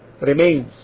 remains